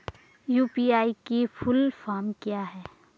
UPI की full form क्या है?